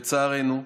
לצערנו,